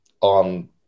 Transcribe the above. on